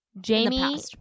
Jamie